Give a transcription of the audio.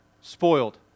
spoiled